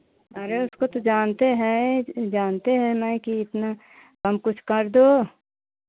आ rate को तो जानते हैं जानते हैं ना कि इसमें कम कुछ कर दो